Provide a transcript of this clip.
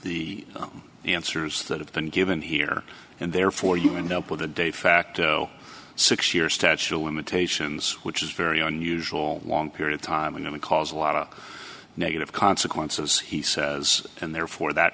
the answers that have been given here and therefore you end up with a de facto six year statue of limitations which is very unusual a long period of time and it would cause a lot of negative consequences he says and therefore that